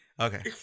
Okay